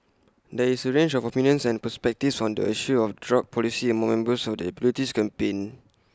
there is A range of opinions and perspectives on the issue of drug policy among members of the abolitionist campaign